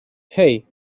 hey